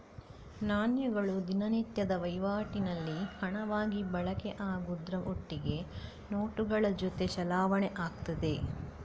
ನಾಣ್ಯಗಳು ದಿನನಿತ್ಯದ ವೈವಾಟಿನಲ್ಲಿ ಹಣವಾಗಿ ಬಳಕೆ ಆಗುದ್ರ ಒಟ್ಟಿಗೆ ನೋಟುಗಳ ಜೊತೆ ಚಲಾವಣೆ ಆಗ್ತದೆ